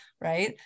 right